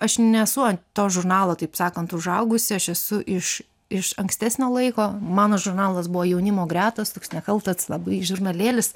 aš nesu ant to žurnalo taip sakant užaugusi aš esu iš iš ankstesnio laiko mano žurnalas buvo jaunimo gretos toks nekaltas labai žurnalėlis